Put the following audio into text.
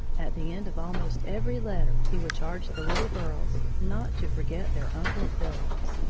at the end of almost every letter he would charge the little girls not to forget their uncle phillips.